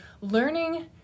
learning